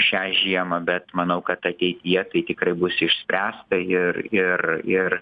šią žiemą bet manau kad ateityje tai tikrai bus išspręsta ir ir ir